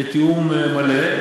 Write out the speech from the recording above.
בתיאום מלא,